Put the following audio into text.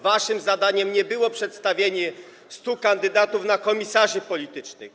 Waszym zadaniem nie było przedstawienie 100 kandydatów na komisarzy politycznych.